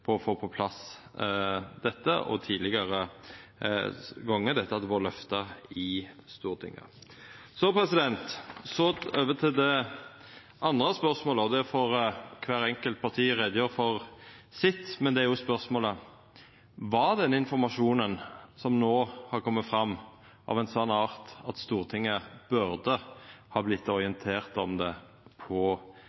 for å få på plass dette og til tidlegare gonger det har vore lyfta i Stortinget. Så over til det andre spørsmålet, og der får kvart enkelt parti gjera greie for sitt. Det er: Var den informasjonen som no har komen fram, av ein slik art at Stortinget burde ha